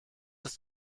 ist